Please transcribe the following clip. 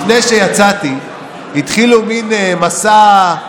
לפני שיצאתי התחילו מין מסע,